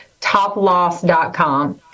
toploss.com